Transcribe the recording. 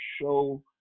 show